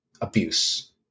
abuse